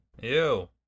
Ew